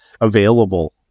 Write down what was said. available